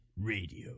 Radio